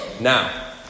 Now